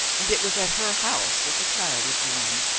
and it was at her house that the child was born.